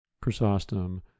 Chrysostom